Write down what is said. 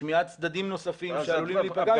שמיעת צדדים נוספים שעלולים להיפגע מזה.